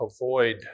avoid